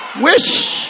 wish